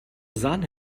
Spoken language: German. sahne